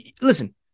listen